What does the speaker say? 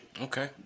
Okay